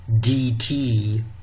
DT